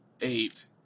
eight